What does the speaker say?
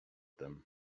them